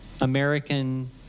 American